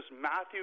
Matthew